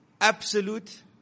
absolute